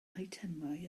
eitemau